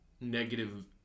negative